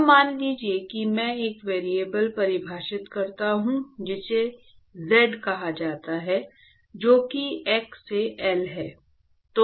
अब मान लीजिए कि मैं एक वेरिएबल परिभाषित करता हूं जिसे z कहा जाता है जो कि x से L है